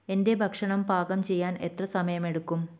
എന്റെ ഭക്ഷണം പാകം ചെയ്യാൻ എത്ര സമയമെടുക്കും